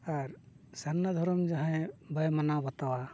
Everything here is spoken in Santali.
ᱟᱨ ᱥᱟᱨᱱᱟ ᱫᱷᱚᱨᱚᱢ ᱡᱟᱦᱟᱸᱭ ᱵᱟᱭ ᱢᱟᱱᱟᱣ ᱵᱟᱛᱟᱣᱟ